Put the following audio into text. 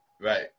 right